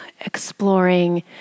exploring